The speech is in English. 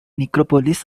necropolis